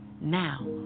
Now